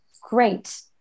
great